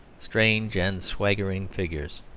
strange and swaggering figures.